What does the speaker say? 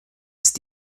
ist